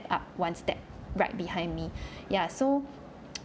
up one step right behind me ya so